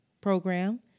program